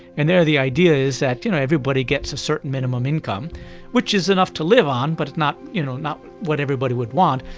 and there the idea is you know everybody gets a certain minimum income which is enough to live on but it's not you know not what everybody would want,